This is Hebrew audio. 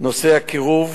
נושא הקירוב